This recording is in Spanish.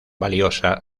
valiosa